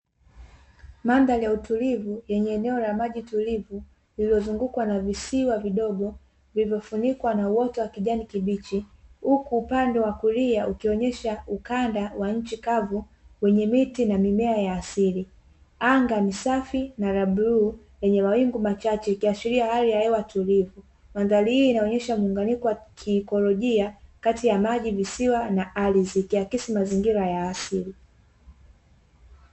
Mandhari ya utulivu, yenye eneo la maji tulivu lililozungukwa na visiwa vidogo vilivyofunikwa na uoto wa kijani kibichi, huku upande wa kulia ukionyesha ukanda wa nchi kavu wenye miti na mimea ya asili. Anga ni safi na la bluu lenye mawingu machache, ikiashiria hali ya hewa tulivu. Mandhari hii inaonyesha muunganiko wa kiikolojia kati ya maji, visiwa na ardhi, ikiakisi mazingira ya asili.